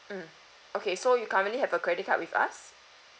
mm okay so you currently have a credit card with us